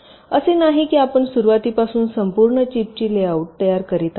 तर असे नाही की आपण सुरवातीपासून संपूर्ण चिपची लेआउट तयार करीत आहात